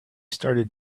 started